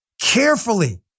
carefully